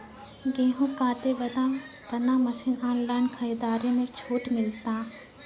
गेहूँ काटे बना मसीन ऑनलाइन खरीदारी मे छूट मिलता?